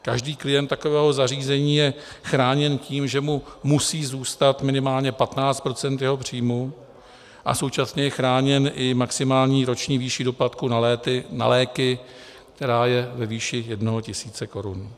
Každý klient takového zařízení je chráněn tím, že mu musí zůstat minimálně 15 % jeho příjmu, a současně je chráněn maximální roční výší doplatků na léky, která je ve výši jednoho tisíce korun.